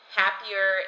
happier